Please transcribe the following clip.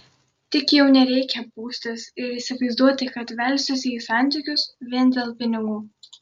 tik jau nereikia pūstis ir įsivaizduoti kad velsiuosi į santykius vien dėl pinigų